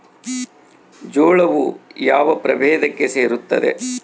ಜೋಳವು ಯಾವ ಪ್ರಭೇದಕ್ಕೆ ಸೇರುತ್ತದೆ?